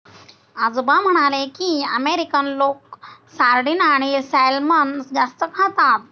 आजोबा म्हणाले की, अमेरिकन लोक सार्डिन आणि सॅल्मन जास्त खातात